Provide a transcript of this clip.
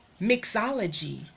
mixology